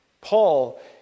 Paul